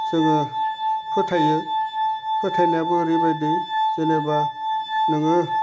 जोङो फोथायो फोथायनायाबो ओरैबायदि जेनेबा नोङो